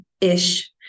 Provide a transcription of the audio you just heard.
ish